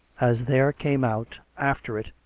as there came out, after it,